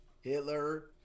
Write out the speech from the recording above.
Hitler